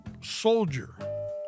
soldier